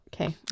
Okay